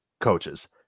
coaches